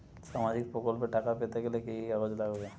সামাজিক প্রকল্পর টাকা পেতে গেলে কি কি কাগজ লাগবে?